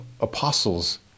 apostles